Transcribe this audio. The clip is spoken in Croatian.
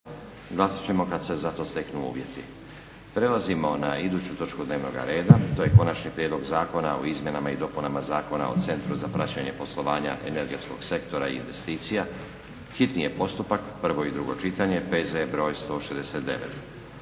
**Stazić, Nenad (SDP)** Prelazimo na iduću točku dnevnoga reda, to je: - Konačni prijedlog Zakona o izmjenama i dopunama Zakona o centru za praćenje poslovanja energetskog sektora i investicija, hitni postupak, prvo i drugo čitanje, PZ br. 169;